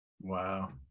Wow